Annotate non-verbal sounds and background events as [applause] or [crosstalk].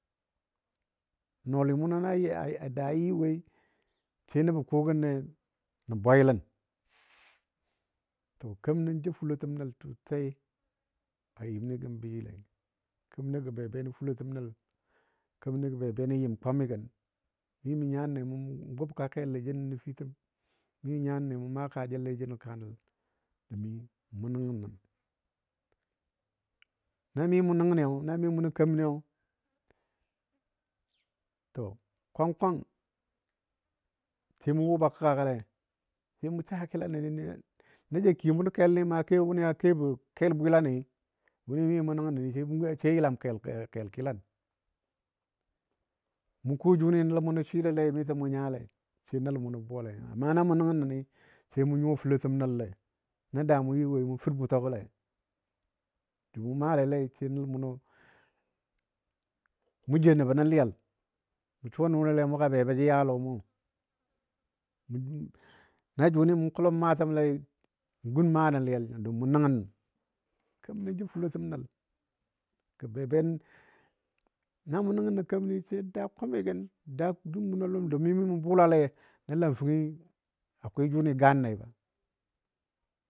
Nɔɔli munɔ na [hesitation] daa yɨ woi, sai nəbɔ ko gəne nən bwayilən. To kemənɔ jə fulotəm nəl sosai a yɨm nni gəm bə yɨlei. Kemənɔ gə be be nən fulotəm nəl, kemənɔ gə be be nə yɨm kwamigə. Mi mə nyanne mʊ gʊbka kelle jəno nəfitəm. Mi jə nyanne mʊ maa kaajəlle jəno kaa nəl domin mʊ nəngən nən. Na mi mʊ nən keməniyo, to kwang kwang sai mʊ wʊba kəgagɔle, sai mʊ saa kilanle [hesitation] na ja kiyo mun kelni ma ke wʊni [hesitation] kebɔ kel bwɨlani wʊni mi mʊ nəngəni sai yəlam kel kilan, mu ko jʊni nəl munɔ swilalei miso mʊ nyale sai nəl mʊnɔ buwale nyo, amma namʊ nəngənni sai mʊ nyuwa fulotəm nəlle. Na daa mʊ yɨ woi mʊ fər bʊtɔgɔle. Jʊ mʊ maalalei sai nəl mʊnɔ, mu jou nəbo nə liyal mʊ suwa nʊnile mʊ ga be ba jə ya lɔmo. [hesitation] Na jʊni mu kʊlʊm maatəni lei n gun maa nə liyal nyo don mʊ nəngən. Kemənɔ jə fulotəm nəl gə be be [hesitation] namʊ nəngən kemani sai n daa kwamigən, daa duum munɔ ləm domin mʊ bʊlale na lamfəngi akwai jʊni ganle fa.